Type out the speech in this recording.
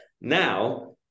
now